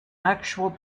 actual